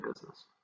business